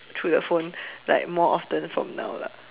through the phone like more often from now lah